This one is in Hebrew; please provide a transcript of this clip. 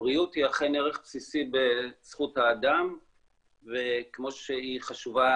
הבריאות היא אכן ערך בסיסי בזכות האדם וכמו שהיא חשובה